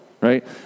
right